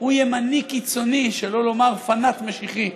הוא ימני קיצוני, שלא לומר פנאט משיחי.